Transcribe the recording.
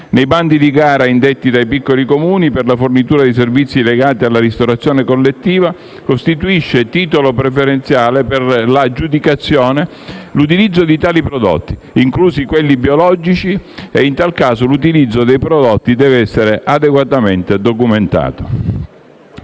Nei bandi di gara indetti dai piccoli Comuni per la fornitura di servizi legati alla ristorazione collettiva costituisce titolo preferenziale per l'aggiudicazione l'utilizzo di tali prodotti, inclusi quelli biologici e, in tal caso, l'utilizzo dei prodotti deve essere adeguatamente documentato.